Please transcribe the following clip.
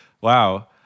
wow